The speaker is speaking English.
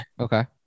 Okay